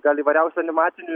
gal įvairiausių animacinių